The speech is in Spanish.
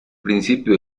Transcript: principio